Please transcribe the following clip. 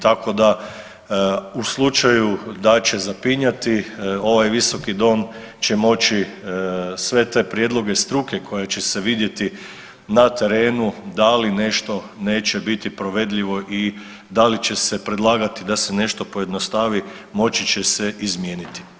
Tako da u slučaju da će zapinjati ovaj visoki dom će moći sve te prijedloge struke koje će se vidjeti na terenu da li nešto neće biti provedljivo i da li će se predlagati da se nešto pojednostavi moći će se izmijeniti.